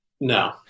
No